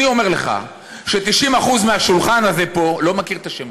אני אומר לך ש-90% מהשולחן הזה פה לא מכירים את השמות.